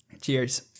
Cheers